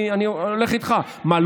ואני הולך איתך: מה,